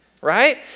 right